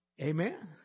Amen